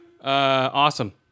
Awesome